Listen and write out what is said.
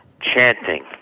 chanting